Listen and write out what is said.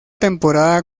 temporada